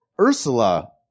Ursula